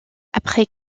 après